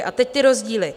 A teď ty rozdíly.